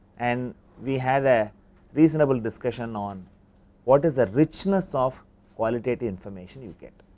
and we have a reasonable discussion on what is the richness of qualitative information you get?